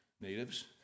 natives